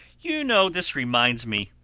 you know this reminds me,